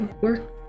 work